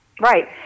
Right